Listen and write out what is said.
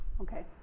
Okay